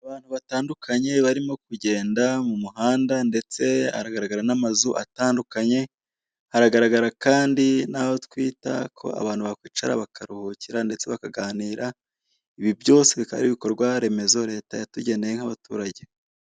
Abantu batandukanye barimo kugenda mu muhanda ndetse haragaragara n'amazu atandukanye, haragaragara kandi n'aho twita ko abantu bakwicara bakaruhukira ndetse bakaganira, ibi byose bikaba ari ibikorwaremezo Leta yatugeneye nk'abaturage.